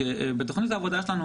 בתוכנית העבודה שלנו,